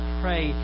pray